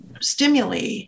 stimuli